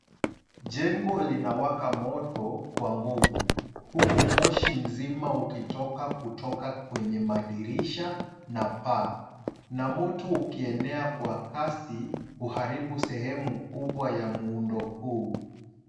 Jengo linawaka moto kwa nguvu huku moshi mzima ukitoka kutoka kwenye madirisha na paa na moto ukienea kwa kasi uharibu sehemu kubwa ya muundo huu.